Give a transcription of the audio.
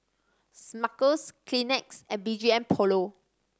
Smuckers Kleenex and B G M Polo